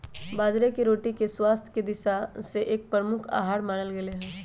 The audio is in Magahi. बाजरे के रोटी के स्वास्थ्य के दिशा से एक प्रमुख आहार मानल गयले है